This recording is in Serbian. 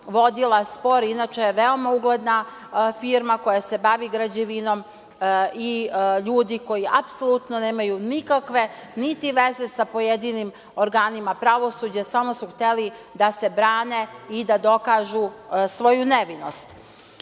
vodila spor. Inače, veoma je ugledna firma koja se bavi građevinom i ljudi koji apsolutno nemaju nikakve niti veze sa pojedinim organima pravosuđa, samo su hteli da se brane i da dokažu svoju nevinost. Da